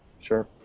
Sure